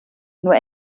nur